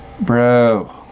Bro